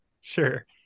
Sure